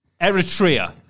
Eritrea